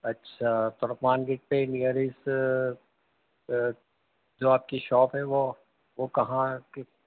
اچھا ترکمان گیٹ پہ نیئرسٹ جو آپ کی شاپ ہے وہ وہ کہاں